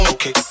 Okay